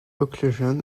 occlusion